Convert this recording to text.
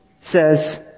says